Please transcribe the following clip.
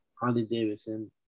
Harley-Davidson